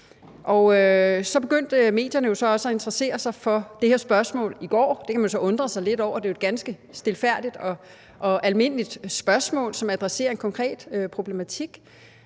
medierne jo så også at interessere sig for det her spørgsmål i går – det kan man så undre sig lidt over, for det er jo et ganske stilfærdigt og almindeligt spørgsmål, som adresserer en konkret problematik